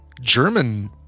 German